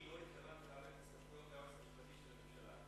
אני לא התכוונתי לקחת את הסמכויות מהיועץ המשפטי.